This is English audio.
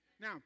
Now